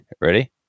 Ready